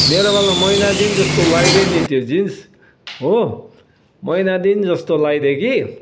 मेरो पालो महिना दिन जस्तो लगाइदिएँ नि त्यो जिन्स हो महिना दिन जस्तो लगाइदिएँ कि